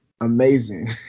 amazing